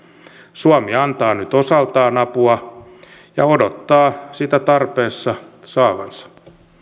suomi antaa nyt osaltaan apua ja odottaa sitä tarpeessa saavansa